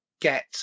get